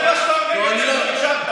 אם זה מה שאתה אומר זה בגלל שלא הקשבת,